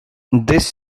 this